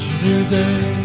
today